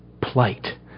plight